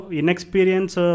inexperience